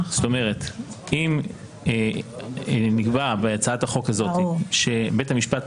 זאת אומרת אם נקבע בהצעת החוק הזאת שבית המשפט,